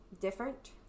different